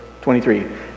23